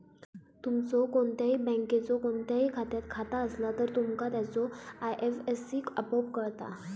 तुमचो कोणत्याही बँकेच्यो कोणत्याही शाखात खाता असला तर, तुमका त्याचो आय.एफ.एस.सी आपोआप कळता